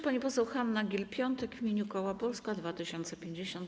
Pani poseł Hanna Gill-Piątek w imieniu koła Polska 2050.